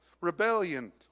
rebellion